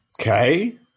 Okay